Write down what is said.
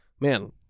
man